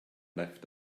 left